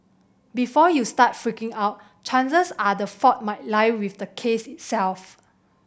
before you start freaking out chances are the fault might lie with the case itself